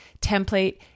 template